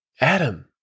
Adam